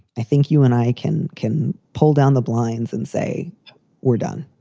i think you and i can can pull down the blinds and say we're done.